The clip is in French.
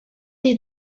des